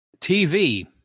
TV